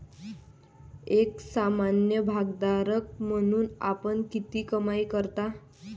एक सामान्य भागधारक म्हणून आपण किती कमाई करता?